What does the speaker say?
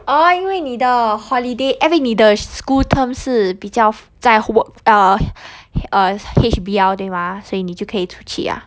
orh 因为你的 holiday every 你的 school term 是比较在乎 uh uh H_B_L 对吗所以你就可以出去 ah